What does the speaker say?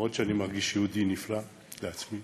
למרות שאני מרגיש יהודי נפלא, לעצמי,